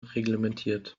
reglementiert